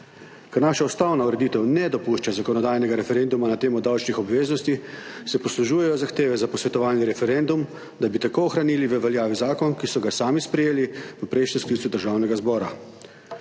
Ker naša ustavna ureditev ne dopušča zakonodajnega referenduma na temo davčnih obveznosti, se poslužujejo zahteve za posvetovalni referendum, da bi tako ohranili v veljavi zakon, ki so ga sami sprejeli v prejšnjem sklicu Državnega zbora.